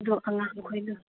ꯑꯗꯨ ꯑꯉꯥꯡ ꯈꯣꯏꯗꯨ